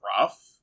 rough